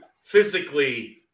physically